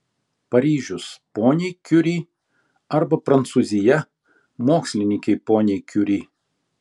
paryžius poniai kiuri arba prancūzija mokslininkei poniai kiuri